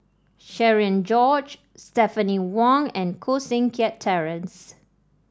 Cherian George Stephanie Wong and Koh Seng Kiat Terence